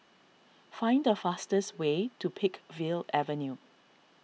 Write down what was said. find the fastest way to Peakville Avenue